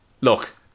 look